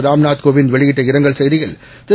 ராம்நாத்கோவிந்த் வெளியிட்டஇரங்கல்செய்தியில் திரு